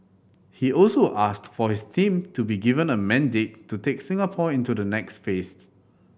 he also asked for his team to be given a mandate to take Singapore into the next phased